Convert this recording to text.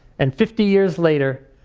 and fifty years later,